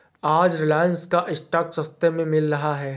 आज रिलायंस का स्टॉक सस्ते में मिल रहा है